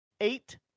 eight